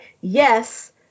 yes